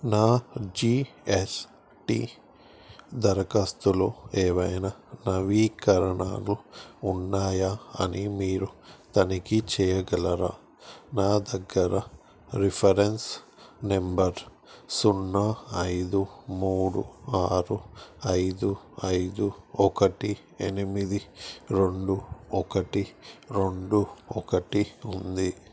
నా G S T దరఖాస్తులో ఏవైనా నవీకరణలు ఉన్నాయా అని మీరు తనిఖీ చేయగలరా నా దగ్గర రిఫరెన్స్ నంబర్ సున్నా ఐదు మూడు ఆరు ఐదు ఐదు ఒకటి ఎనిమిది రెండు ఒకటి రెండు ఒకటి ఉంది